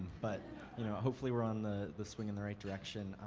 but hopefully we're on the the swing in the right direction.